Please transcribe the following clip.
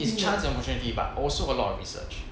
it's chance opportunity but also a lot of research